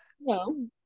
No